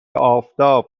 آفتاب